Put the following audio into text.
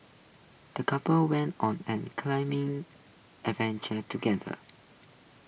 the couple went on an claiming adventure together